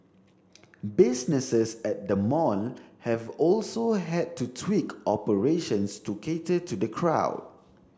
businesses at the mall have also had to tweak operations to cater to the crowd